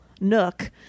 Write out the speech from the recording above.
nook